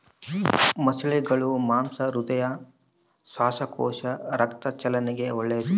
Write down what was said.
ಮೊಸಳೆಗುಳ ಮಾಂಸ ಹೃದಯ, ಶ್ವಾಸಕೋಶ, ರಕ್ತ ಚಲನೆಗೆ ಒಳ್ಳೆದು